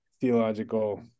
theological